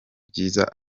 byiza